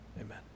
Amen